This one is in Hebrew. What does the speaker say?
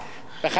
בחייך,